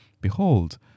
behold